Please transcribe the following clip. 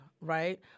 right